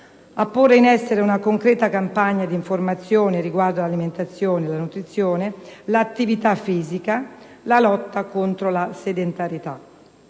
a porre in essere una concreta campagna di informazione riguardo l'alimentazione e la nutrizione, l'attività fisica, la lotta contro la sedentarietà,